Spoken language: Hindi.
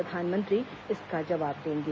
प्रधानमंत्री इसका जवाब देंगे